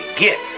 get